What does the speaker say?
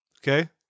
Okay